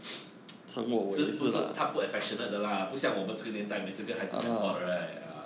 只不是他不 affectionate 的 lah 不像我们这个年代每次跟孩子讲话 right uh